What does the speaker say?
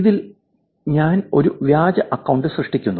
ഇതിൽ ഞാൻ ഒരു വ്യാജ അക്കൌണ്ട് സൃഷ്ടിക്കുന്നു